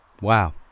Wow